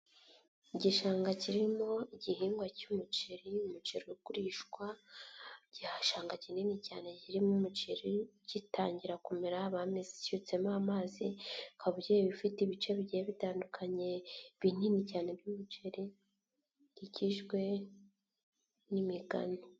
Igishanga kirimo igihingwa cy'umuceri, umuceri ugurishwa igishanga kinini cyane kirimo umuceri gitangira kumera haretse mo amazi ku babyey bafite ibice bikikije bitandukanye binini cyane by'buceri bikikijwe n'imigano.